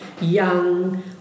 young